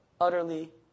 utterly